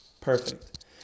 Perfect